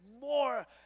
more